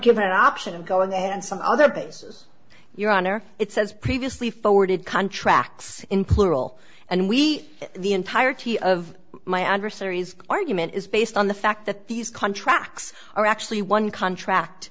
given the option of going and some other bases your honor it says previously forwarded contracts in plural and we the entirety of my adversaries argument is based on the fact that these contracts are actually one contract